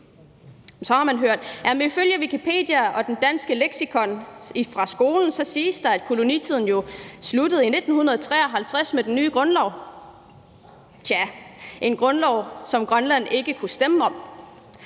Så har man hørt, at ifølge Wikipedia og et dansk leksikon fra skoletiden siges det, at kolonitiden sluttede i 1953 med den nye grundlov. Tjah, det er en grundlov, som Grønland ikke kunne stemme om,